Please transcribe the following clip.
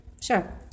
Sure